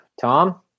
Tom